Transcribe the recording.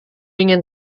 ingin